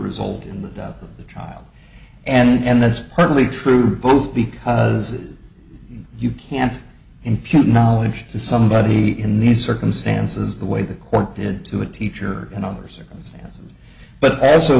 result in the death of the child and that's partly true both because you can't impute knowledge to somebody in these circumstances the way the court did to a teacher and other circumstances but also